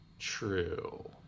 true